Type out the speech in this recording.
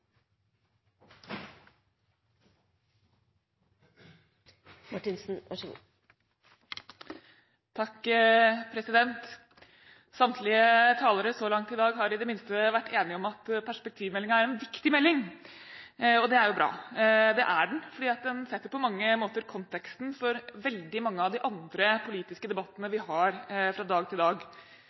Samtlige talere så langt i dag har i det minste vært enige om at perspektivmeldingen er en viktig melding – og det er jo bra. Det er den fordi den på mange måter setter konteksten for veldig mange av de andre politiske debattene vi har fra dag til dag